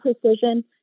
precision